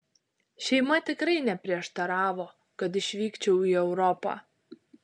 šeima tikrai neprieštaravo kad išvykčiau į europą